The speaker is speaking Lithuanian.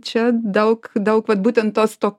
čia daug daug vat būtent tos to